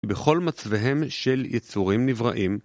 בכל מצבהם של יצורים נבראים.